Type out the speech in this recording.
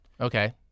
Okay